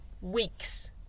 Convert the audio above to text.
weeks